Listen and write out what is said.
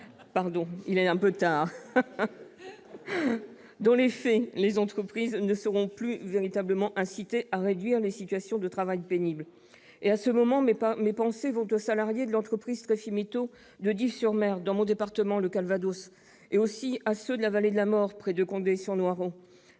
à l'automne. Dans les faits, les entreprises ne seront plus véritablement incitées à réduire les situations de travail pénible. À cet instant, mes pensées vont aux salariés de l'entreprise Tréfimétaux de Dives-sur-Mer, dans mon département du Calvados, ainsi qu'à ceux de la « vallée de la mort », près de Condé-sur-Noireau,